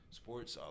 sports